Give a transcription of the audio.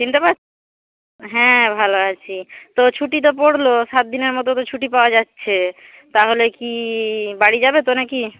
চিনতে পার হ্যাঁ ভালো আছি তো ছুটি তো পড়ল সাতদিনের মতো তো ছুটি পাওয়া যাচ্ছে তাহলে কি বাড়ি যাবে তো নাকি